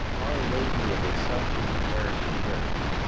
our lady of assumption parish church